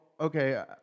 okay